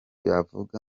bavuga